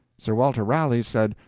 sir walter raleigh said,